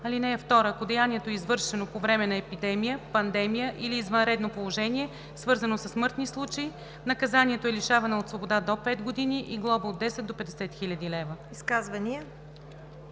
така: „(2) Ако деянието е извършено по време на епидемия, пандемия или извънредно положение, свързано със смъртни случаи, наказанието е лишаване от свобода до пет години и глоба от десет до петдесет хиляди лева.“